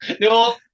No